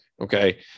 okay